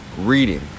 reading